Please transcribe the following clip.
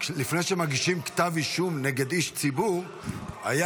לפני שמגישים כתב אישום נגד איש ציבור היה